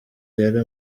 yari